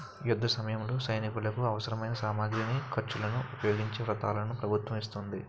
యుద్ధసమయంలో సైనికులకు అవసరమైన సామగ్రిని, ఖర్చులను ఉపయోగించే పత్రాలను ప్రభుత్వం ఇస్తోంది